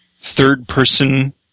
third-person